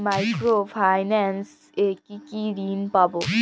Micro finance এ কি কি ঋণ পাবো?